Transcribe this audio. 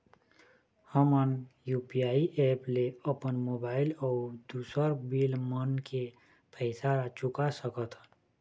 हमन UPI app ले अपन मोबाइल अऊ दूसर बिल मन के पैसा ला चुका सकथन